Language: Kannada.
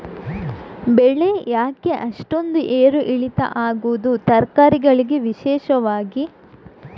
ಬೆಳೆ ಯಾಕೆ ಅಷ್ಟೊಂದು ಏರು ಇಳಿತ ಆಗುವುದು, ತರಕಾರಿ ಗಳಿಗೆ ವಿಶೇಷವಾಗಿ?